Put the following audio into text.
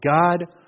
God